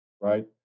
right